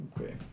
Okay